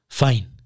fine